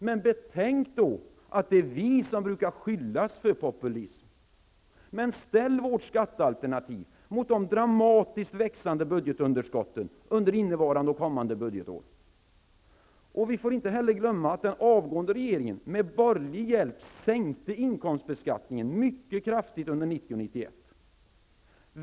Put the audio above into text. Men betänk då att det är vi som brukar skyllas för populism! Ställ vårt skattealternativ mot de dramatiskt växande budgetunderskotten under innevarande och kommande budgetår. Vi får inte heller glömma att den avgående regeringen med borgerlig hjälp sänkte inkomstbeskattningen mycket kraftigt under 1990 och 1991.